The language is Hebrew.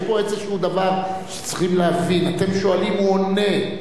יש פה דבר שצריך להבין: אתם שואלים, הוא עונה.